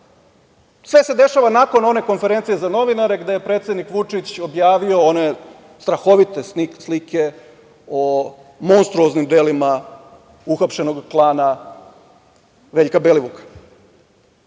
sve se dešava nakon one konferencije za novinare gde je predsednik Vučić objavio one strahovite slike o monstruoznim delima uhapšenog klana Veljka Belivuka,